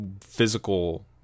physical